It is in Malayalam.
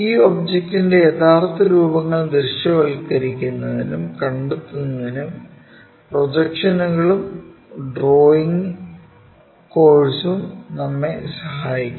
ഈ ഒബ്ജെക്ടിന്റെ യഥാർത്ഥ രൂപങ്ങൾ ദൃശ്യവൽക്കരിക്കുന്നതിനും കണ്ടെത്തുന്നതിനും പ്രൊജക്ഷനുകളും ഡ്രോയിംഗ് കോഴ്സും നമ്മളെ സഹായിക്കുന്നു